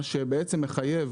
מה שמחייב,